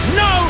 no